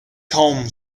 home